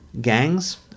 Gangs